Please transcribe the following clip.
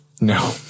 No